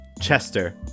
Chester